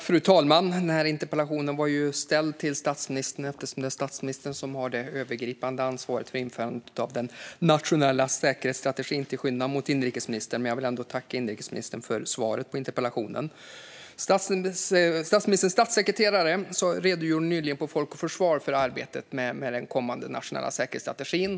Fru talman! Interpellationen var ställd till statsministern eftersom det ju är statsministern och inte inrikesministern som har det övergripande ansvaret för införandet av den nationella säkerhetsstrategin. Jag vill ändå tacka inrikesministern för svaret på interpellationen. Statsministerns statssekreterare redogjorde nyligen på Folk och Försvar för arbetet med den kommande nationella säkerhetsstrategin.